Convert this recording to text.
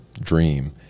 dream